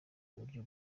buryo